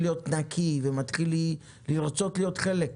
להיות נקי ומתחיל לרצות להיות חלק.